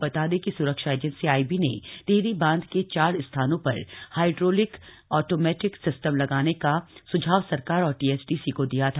आपको बता दें कि स्रक्षा एजेंसी आईबी ने टिहरी बांध के चार स्थानों पर हाइड्रोलिक ऑटोमैटिक सिस्टम लगाने का स्झाव सरकार और टीएचडीसी को दिया था